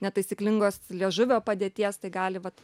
netaisyklingos liežuvio padėties tai gali vat